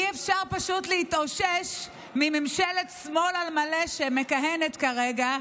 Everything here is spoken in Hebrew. פשוט אי-אפשר להתאושש מממשלת שמאל על מלא שמכהנת כרגע,